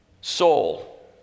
soul